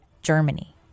Germany